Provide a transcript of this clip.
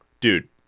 dude